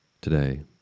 today